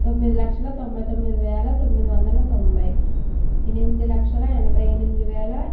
తొమ్మిది లక్షల తొంభై తొమ్మిది వేల తొమ్మిది వందల తొంభై ఎనిమిది లక్షల ఎనభై ఎనిమిది వేల